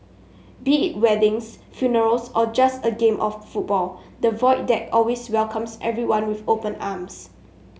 be it weddings funerals or just a game of football the Void Deck always welcomes everyone with open arms